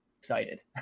excited